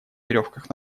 веревках